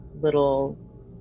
little